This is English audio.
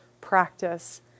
practice